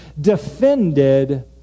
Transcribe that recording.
defended